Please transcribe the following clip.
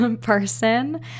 person